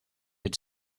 had